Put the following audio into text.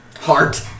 Heart